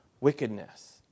Wickedness